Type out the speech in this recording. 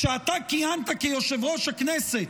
כשאתה כיהנת כיושב-ראש הכנסת,